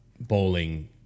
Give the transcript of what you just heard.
bowling